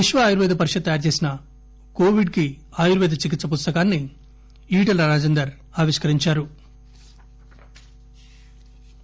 విశ్వ ఆయుర్వేద పరిషద్ తయారు చేసిన కోవిడ్ కి ఆయుర్వేద చికిత్స పుస్తకాన్ని ఈటల రాజేంద్ర ఆవిష్కరించారు